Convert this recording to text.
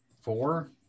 Four